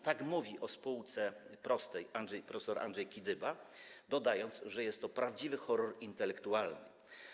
Tak mówi o spółce prostej prof. Andrzej Kidyba, dodając, że jest to prawdziwy horror intelektualny.